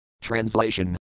Translation